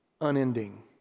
unending